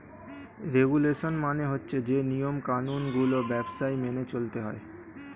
regulation মানে হচ্ছে যে নিয়ম কানুন গুলো ব্যবসায় মেনে চলতে হয়